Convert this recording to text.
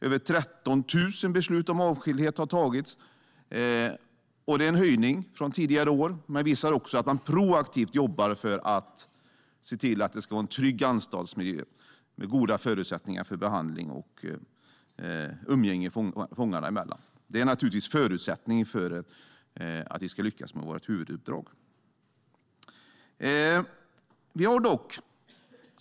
Över 13 000 beslut om avskildhet har fattats, och det är en höjning jämfört med tidigare år. Men det visar också att man proaktivt jobbar för att se till att anstaltsmiljön ska vara trygg med goda förutsättningar för behandling och umgänge fångarna emellan. Det är naturligtvis förutsättningen för att man ska lyckas med sitt huvuduppdrag.